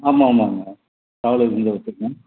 ஆமாம் ஆமாங்க madam travel agent தான் வெச்சுருக்கேன்